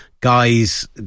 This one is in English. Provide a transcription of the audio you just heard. Guys